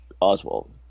oswald